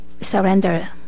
surrender